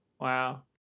Wow